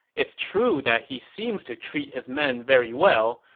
it's true that he seems to treat his men very well,